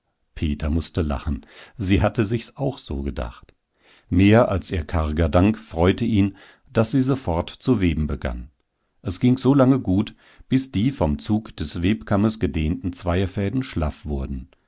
peter mußte lachen sie hatte sich's auch so gedacht mehr als ihr karger dank freute ihn daß sie sofort zu weben begann es ging so lange gut bis die vom zug des webkammes gedehnten zweierfäden schlaff wurden